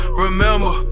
remember